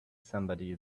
somebody